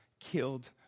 Killed